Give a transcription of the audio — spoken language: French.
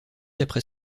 après